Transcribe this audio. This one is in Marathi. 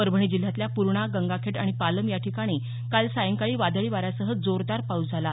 परभणी जिल्ह्यातल्या पूर्णा गंगाखेड आणि पालम या ठिकाणी काल सायंकाळी वादळी वाऱ्यासह जोरदार पाऊस झाला